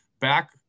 Back